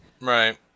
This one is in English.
Right